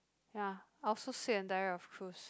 ya I was so sick and tired of cruise